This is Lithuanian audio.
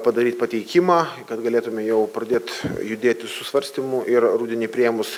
padaryt pateikimą kad galėtume jau pradėt judėti su svarstymu ir rudenį priėmus